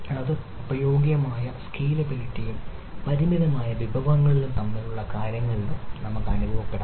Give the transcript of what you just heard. അത് ഉപയോഗയോഗ്യമായ സ്കേലബിളിറ്റിയും പരിമിതമായ വിഭവങ്ങളിലും തരത്തിലുള്ള കാര്യങ്ങളിലും നമുക്ക് അനുഭവപ്പെടാം